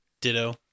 Ditto